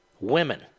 women